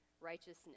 righteousness